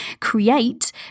create